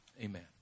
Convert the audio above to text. Amen